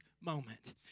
moment